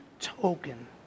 token